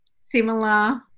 Similar